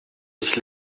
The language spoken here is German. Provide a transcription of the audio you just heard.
sich